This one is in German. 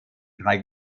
drei